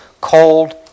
cold